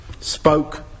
spoke